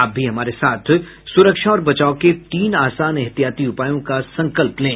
आप भी हमारे साथ सुरक्षा और बचाव के तीन आसान एहतियाती उपायों का संकल्प लें